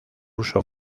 uso